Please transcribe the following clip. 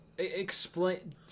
explain